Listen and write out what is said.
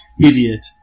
idiot